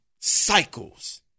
cycles